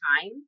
time